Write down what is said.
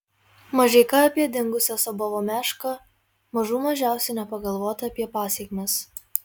mažeika apie dingusią zobovo mešką mažų mažiausiai nepagalvota apie pasekmes